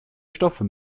stoffe